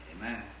Amen